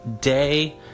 day